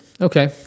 Okay